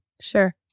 sure